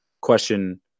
question